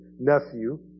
nephew